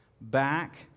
back